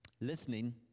Listening